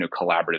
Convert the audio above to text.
collaborative